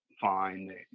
fine